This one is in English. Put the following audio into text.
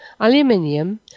aluminium